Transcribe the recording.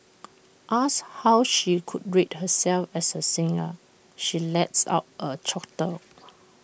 asked how she would rate herself as A singer she lets out A chortle